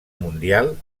mundial